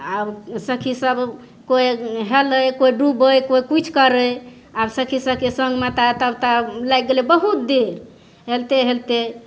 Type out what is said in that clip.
आब सखि सब कोइ हेलै कोइ डूबै कोइ किछु करै आब सखि सबके सङ्गमे तऽ तब तऽ लागि गेलै बहुत देर हेलते हेलते